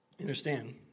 Understand